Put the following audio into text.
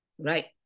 Right